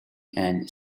and